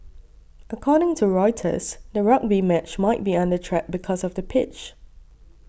according to Reuters the rugby match might be under threat because of the pitch